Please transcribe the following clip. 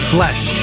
Flesh